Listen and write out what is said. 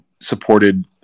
supported